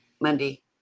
Monday